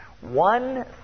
One